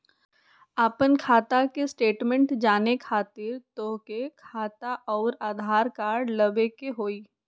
आपन खाता के स्टेटमेंट जाने खातिर तोहके खाता अऊर आधार कार्ड लबे के होइ?